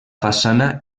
façana